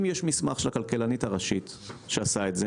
אם יש מסמך של הכלכלנית הראשית שעשה את זה